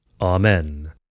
Amen